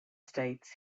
states